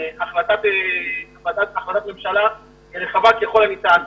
החלטת ממשלה רחבה ככל הניתן.